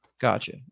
Gotcha